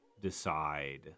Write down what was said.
decide